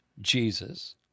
Jesus